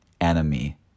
enemy